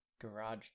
garage